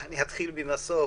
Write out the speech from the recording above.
אתחיל מן הסוף,